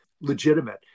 legitimate